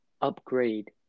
upgrade